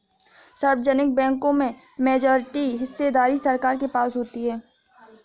सार्वजनिक बैंकों में मेजॉरिटी हिस्सेदारी सरकार के पास होती है